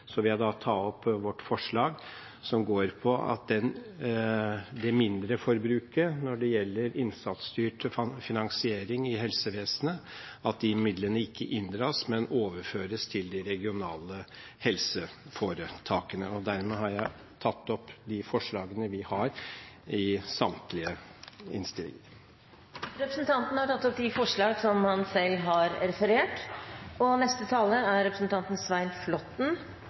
vil jeg ta opp Kristelig Folkepartis forslag, som handler om mindreforbruk når det gjelder innsatsstyrt finansiering i helsevesenet. Vi foreslår at de midlene ikke inndras, men overføres til de regionale helseforetakene. Dermed har jeg tatt opp de forslagene vi har i samtlige innstillinger. Representanten Hans Olav Syversen har tatt opp de forslagene han refererte til. Jeg skal konsentrere meg om vår fagproposisjon og Innst. 5 S, hvor det ikke er